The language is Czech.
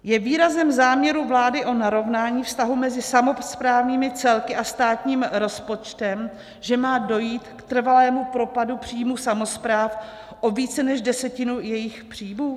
Je výrazem záměru vlády o narovnání vztahu mezi samosprávnými celky a státním rozpočtem, že má dojít k trvalému propadu příjmů samospráv o více než desetinu jejich příjmů?